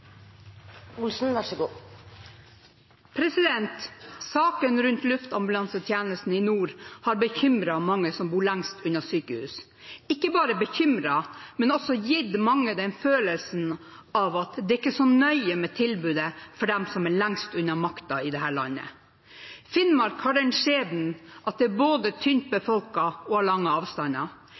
Saken rundt luftambulansetjenesten i nord har bekymret mange av dem som bor lengst unna sykehus – ikke bare bekymret, men også gitt mange den følelsen at det ikke er så nøye med tilbudet for dem som er lengst unna makten i dette landet. Finnmark har den skjebnen at det både er tynt befolket og har lange avstander.